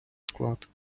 склад